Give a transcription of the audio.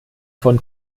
von